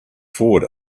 forward